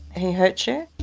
he hurt you?